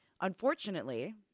Unfortunately